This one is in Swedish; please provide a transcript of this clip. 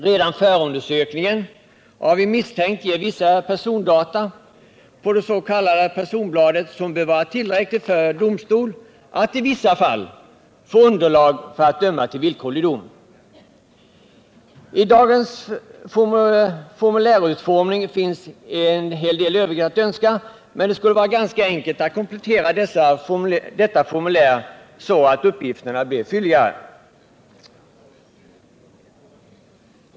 Redan förundersökningen av en misstänkt ger vissa persondata på det s.k. personbladet, vilka i vissa fall bör vara tillräckliga som underlag för domstol för att döma till villkorlig dom. I den nuvarande formulärutformningen finns en hel del övrigt att önska, men det skulle vara ganska enkelt att komplettera detta fomulär så att uppgifterna blev fylligare.